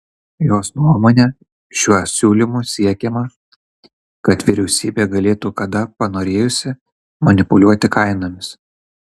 jos nuomone šiuo siūlymu siekiama kad vyriausybė galėtų kada panorėjusi manipuliuoti kainomis